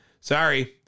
Sorry